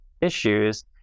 issues